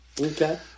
Okay